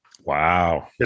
Wow